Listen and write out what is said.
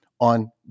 on